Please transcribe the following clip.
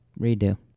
redo